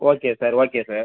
okay sir okay sir